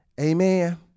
amen